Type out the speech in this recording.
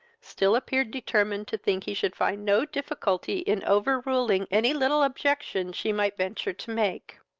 still appeared determined to think he should find no difficulty in over-ruling any little objection she might venture to make.